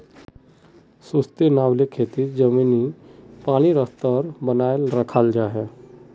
sustainable खेतित ज़मीनी पानीर स्तर बनाए राखाल जाहा